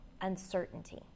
uncertainty